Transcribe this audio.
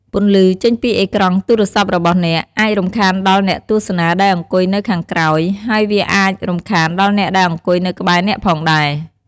ពន្លឺចេញពីអេក្រង់ទូរស័ព្ទរបស់អ្នក អាច រំខានដល់អ្នកទស្សនាដែលអង្គុយនៅខាងក្រោយ ហើយវាអាចរំខានដល់អ្នកដែលអង្គុយនៅក្បែរអ្នកផងដែរ។